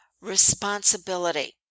responsibility